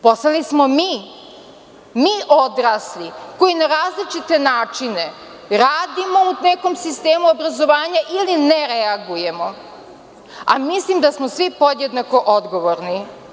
Poslali smo mi, mi odrasli koji na različite načine radimo u nekom sistemu obrazovanja ili ne reagujemo, a mislim da smo svi podjednako odgovorni.